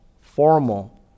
formal